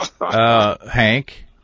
Hank